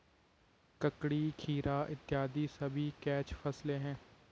ककड़ी, खीरा इत्यादि सभी कैच फसलें हैं